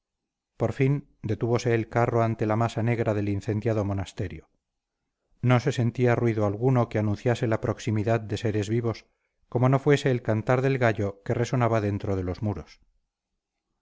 por fin detúvose el carro ante la masa negra del incendiado monasterio no se sentía ruido alguno que anunciase la proximidad de seres vivos como no fuese el cantar de gallo que resonaba dentro de los muros